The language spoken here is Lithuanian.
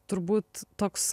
turbūt toks